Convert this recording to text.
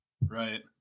right